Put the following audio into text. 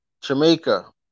Jamaica